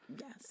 Yes